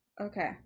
Okay